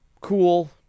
cool